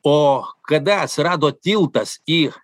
o kada atsirado tiltas į